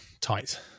tight